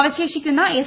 അവശേഷിക്കുന്ന എസ്